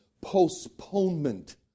postponement